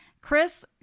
chris